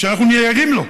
שאנחנו נהיה עדים לו,